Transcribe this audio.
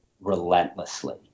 relentlessly